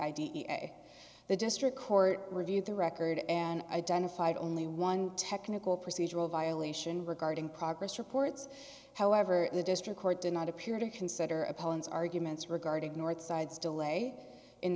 a the district court reviewed the record and identified only one technical procedural violation regarding progress reports however the district court did not appear to consider appellants arguments regarding north sides delay in